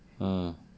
mm